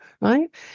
right